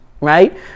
right